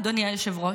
אדוני היושב-ראש,